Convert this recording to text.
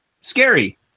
scary